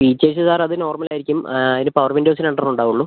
features sir അത് normal ആയിരിക്കും അതിന് പവർ വിൻഡോസ് രണ്ടെണ്ണമേ ഉണ്ടാവുള്ളൂ